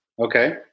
Okay